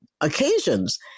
occasions